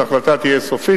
ההחלטה תהיה סופית.